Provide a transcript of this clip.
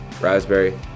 raspberry